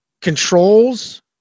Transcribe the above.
controls